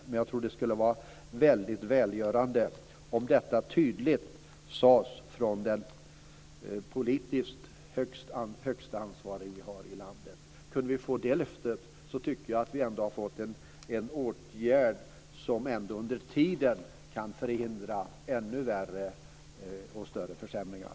Däremot skulle det, tror jag, vara väldigt välgörande om detta tydligt sades från landets politiskt högst ansvarige. Fick vi ett sådant löfte skulle vi ändå, menar jag, ha en åtgärd som under tiden kan förhindra ännu värre och större försämringar.